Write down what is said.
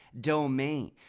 domain